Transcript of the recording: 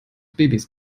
babys